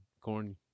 Corn